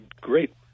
great